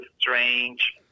strange